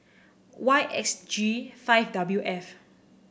Y X G five W F